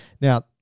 Now